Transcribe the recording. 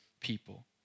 people